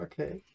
okay